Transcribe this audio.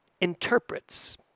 interprets